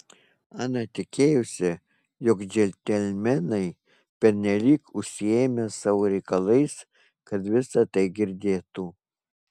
ana tikėjosi jog džentelmenai pernelyg užsiėmę savo reikalais kad visa tai girdėtų